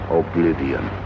oblivion